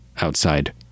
outside